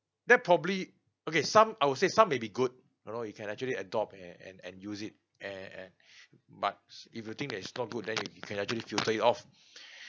that probably okay some I would say some may be good you know you can actually adopt and and and use it and and but if you think that is not good then you can actually filter it off